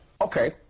Okay